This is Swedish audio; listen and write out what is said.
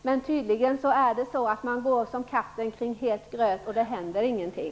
Men tydligen går man som katten kring het gröt, och det händer ingenting.